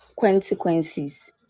consequences